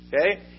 Okay